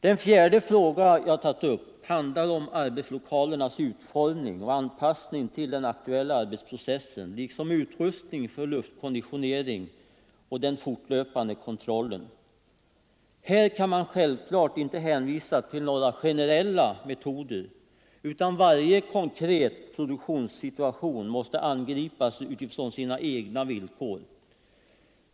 Den fjärde fråga jag tagit upp handlar om arbetslokalernas utformning och anpassning till den aktuella arbetsprocessen liksom utrustning för luftkonditionering och den fortlöpande kontrollen av dessa lokaler. Här kan man självfallet inte hänvisa till några generella metoder, utan varje konkret produktionssituation måste angripas utifrån sina egna villkor.